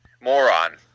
moron